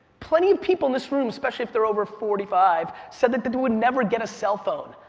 plenty of people in this room, especially if they're over forty five, said that that they would never get a cell phone.